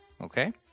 Okay